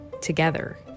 together